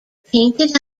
painted